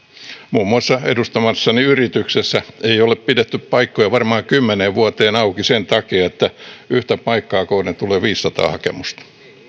muun muassa edustamassani yrityksessä ei ole pidetty paikkoja varmaan kymmeneen vuoteen auki sen takia että yhtä paikkaa kohden tulee viisisataa hakemusta